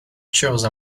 chose